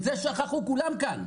את זה שכחו כולם כאן,